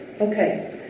Okay